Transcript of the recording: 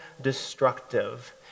destructive